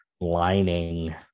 lining